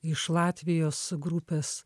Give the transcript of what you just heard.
iš latvijos grupės